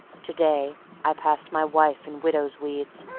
to-day i passed my wife in widow's weeds.